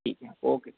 ठीक है ओके